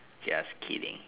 just kidding